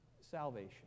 salvation